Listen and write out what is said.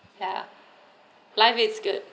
ya life is good